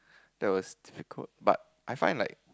that was difficult but I find like